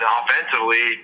offensively